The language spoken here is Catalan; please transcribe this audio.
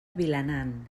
vilanant